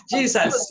Jesus